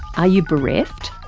are you bereft?